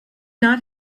not